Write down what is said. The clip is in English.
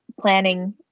planning